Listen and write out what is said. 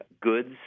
goods